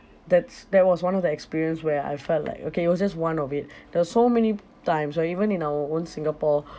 that's that was one of the experience where I felt like okay it was just one of it there are so many times or even in our own singapore